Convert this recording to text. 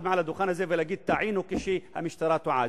מעל הדוכן הזה ולהגיד "טעינו" כשהמשטרה טועה.